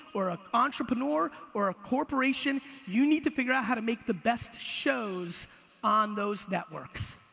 or an entrepreneur, or a corporation, you need to figure out how to make the best shows on those networks.